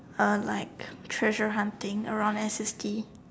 uh like treasure hunting around S_S_D